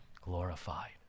glorified